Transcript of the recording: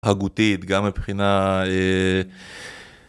הגותית גם מבחינה